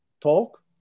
talk